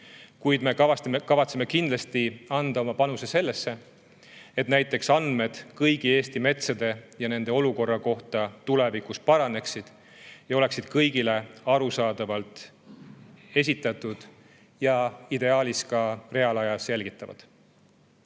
Kuid me kavatseme kindlasti anda oma panuse sellesse, et näiteks andmed kõigi Eesti metsade ja nende olukorra kohta tulevikus paraneksid ning oleksid kõigile arusaadavalt esitatud ja ideaalis ka reaalajas jälgitavad.